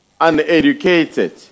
uneducated